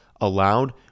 allowed